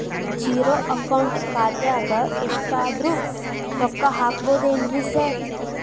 Zero account ಖಾತ್ಯಾಗ ಎಷ್ಟಾದ್ರೂ ರೊಕ್ಕ ಹಾಕ್ಬೋದೇನ್ರಿ ಸಾರ್?